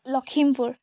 Lakhimpur